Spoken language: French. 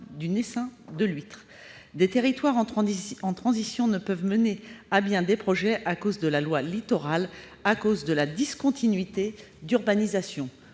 des naissains d'huîtres -, des territoires en transition ne peuvent mener à bien des projets à cause de la loi Littoral en raison de la discontinuité d'urbanisation.